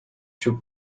چوب